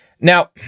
Now